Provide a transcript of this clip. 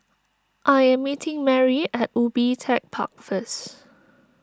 I am meeting Merry at Ubi Tech Park first